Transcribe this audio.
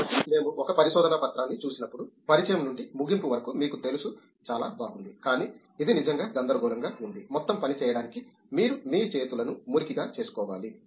కాబట్టి మేము ఒక పరిశోధనా పత్రాన్ని చూసినప్పుడు పరిచయం నుండి ముగింపు వరకు మీకు తెలుసు చాలా బాగుంది కానీ ఇది నిజంగా గందరగోళంగా ఉంది మొత్తం పని చేయడానికి మీరు మీ చేతులను మురికిగా చేసుకోవాలి